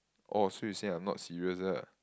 oh so you say I'm not serious ah